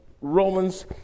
Romans